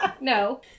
No